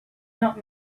not